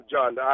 John